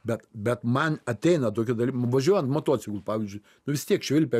bet bet man ateina tokia daly važiuojant motociklu pavyzdžiui vis tiek švilpia